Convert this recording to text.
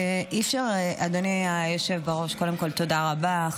אדוני היושב-בראש, קודם כול, תודה רבה.